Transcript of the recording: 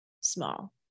small